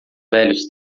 velhos